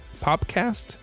Popcast